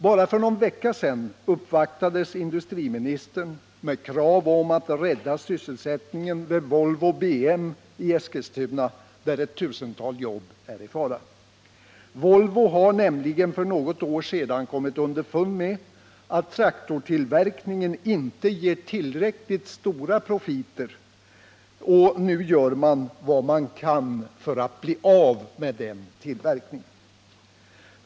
Bara för någon vecka sedan uppvaktades industriministern med krav på att rädda sysselsättningen vid Volvo BM i Eskilstuna där ett tusental jobb är i fara. Volvo har nämligen för något år sedan kommit underfund med att traktortillverkningen inte ger tillräckligt stora profiter och nu gör man vad man kan för att bli av med den tillverkningen.